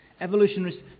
Evolutionists